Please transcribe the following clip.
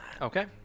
Okay